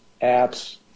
apps